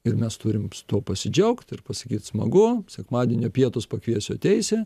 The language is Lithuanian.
ir mes turim tuo pasidžiaugt ir pasakyt smagu sekmadienio pietūs pakviesiu ateisi